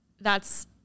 that's-